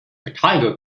tiger